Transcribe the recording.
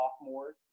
sophomores